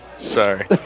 Sorry